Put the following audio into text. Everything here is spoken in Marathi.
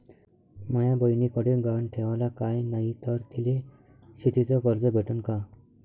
माया बयनीकडे गहान ठेवाला काय नाही तर तिले शेतीच कर्ज भेटन का?